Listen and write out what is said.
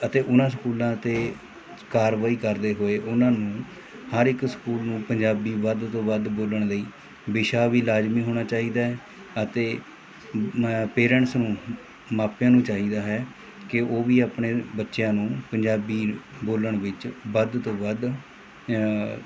ਅਤੇ ਉਨ੍ਹਾਂ ਸਕੂਲਾਂ 'ਤੇ ਕਾਰਵਾਈ ਕਰਦੇ ਹੋਏ ਉਹਨਾਂ ਨੂੰ ਹਰ ਇੱਕ ਸਕੂਲ ਨੂੰ ਪੰਜਾਬੀ ਵੱਧ ਤੋਂ ਵੱਧ ਬੋਲਣ ਲਈ ਵਿਸ਼ਾ ਵੀ ਲਾਜ਼ਮੀ ਹੋਣਾ ਚਾਹੀਦਾ ਹੈ ਅਤੇ ਪੇਰੈਂਟਸ ਨੂੰ ਮਾਪਿਆਂ ਨੂੰ ਚਾਹੀਦਾ ਹੈ ਕਿ ਉਹ ਵੀ ਆਪਣੇ ਬੱਚਿਆਂ ਨੂੰ ਪੰਜਾਬੀ ਬੋਲਣ ਵਿੱਚ ਵੱਧ ਤੋਂ ਵੱਧ